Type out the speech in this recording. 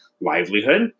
livelihood